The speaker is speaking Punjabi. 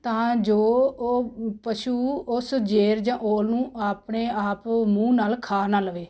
ਤਾਂ ਜੋ ਉਹ ਪਸ਼ੂ ਉਸ ਜੇਰ ਜਾਂ ਓਲ ਨੂੰ ਆਪਣੇ ਆਪ ਮੂੰਹ ਨਾਲ ਖਾ ਨਾ ਲਵੇ